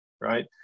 right